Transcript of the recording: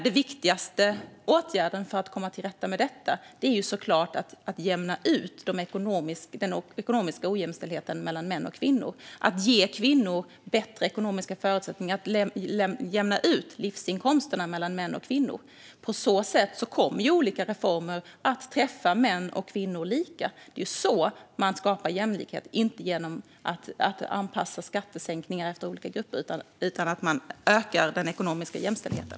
Den viktigaste åtgärden för att komma till rätta med det är självklart att jämna ut den ekonomiska ojämställdheten mellan män och kvinnor, det vill säga ge kvinnor bättre ekonomiska förutsättningar så att livsinkomsterna mellan män och kvinnor jämnas ut. På så sätt kommer olika reformer att träffa män och kvinnor lika. Det är genom att öka den ekonomiska jämställdheten man skapar jämlikhet, och inte genom att anpassa skattesänkningar utifrån olika grupper.